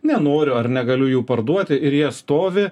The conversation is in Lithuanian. nenoriu ar negaliu jų parduoti ir jie stovi